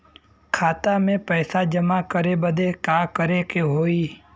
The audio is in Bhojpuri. खाता मे पैसा जमा करे बदे का करे के होई?